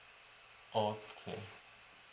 oh okay